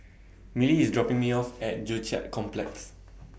Milly IS dropping Me off At Joo Chiat Complex